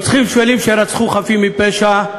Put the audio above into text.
רוצחים שפלים שרצחו חפים מפשע,